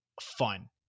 fun